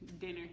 dinner